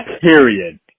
Period